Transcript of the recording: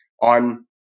on